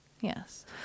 Yes